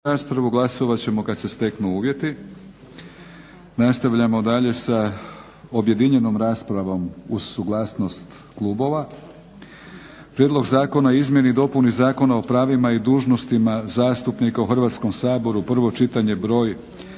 **Batinić, Milorad (HNS)** Nastavljamo dalje sa objedinjenom raspravom uz suglasnost klubova. - Prijedlog zakona o izmjenama i dopunama Zakona o pravima i dužnostima zastupnika u Hrvatskom saboru, prvo čitanje,